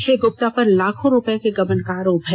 श्री गुप्ता पर लाखों रुपये के गबन का आरोप है